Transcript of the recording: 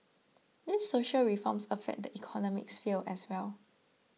these social reforms affect the economic sphere as well